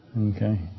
Okay